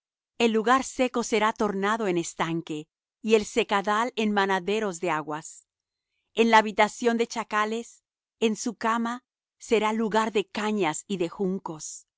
el lugar seco será tornado en estanque y el secadal en manaderos de aguas en la habitación de chacales en su cama será lugar de cañas y de juncos